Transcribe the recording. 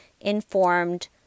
informed